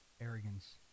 arrogance